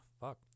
fuck